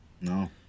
no